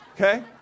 Okay